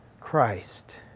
Christ